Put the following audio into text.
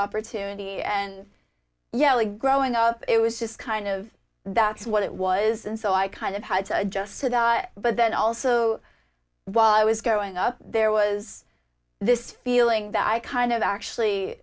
opportunity and yeah growing up it was just kind of that's what it was and so i kind of had to adjust to that but then also while i was growing up there was this feeling that i kind of actually